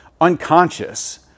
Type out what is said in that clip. unconscious